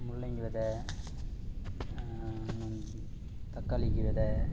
முள்ளங்கி வித தக்காளிக்கு வித